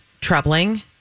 troubling